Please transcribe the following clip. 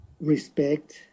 respect